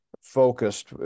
focused